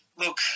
Look